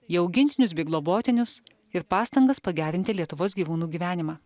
jo augintinius bei globotinius ir pastangas pagerinti lietuvos gyvūnų gyvenimą